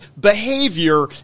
behavior